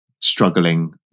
struggling